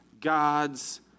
God's